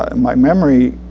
and my memory